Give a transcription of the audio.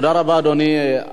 תודה רבה, אדוני.